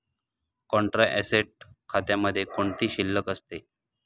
Contra asset खात्यामध्ये कोणती शिल्लक असते?